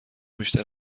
بیشتر